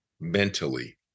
mentally